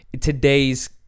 Today's